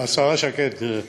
השרה שקד.